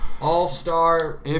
all-star